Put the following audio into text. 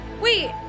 Wait